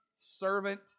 servant